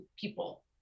people